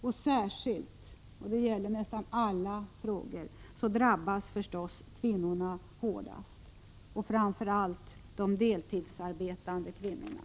Och här liksom i nästan alla sammanhang drabbas kvinnorna hårdast — framför allt de deltidsarbetande kvinnorna.